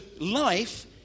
life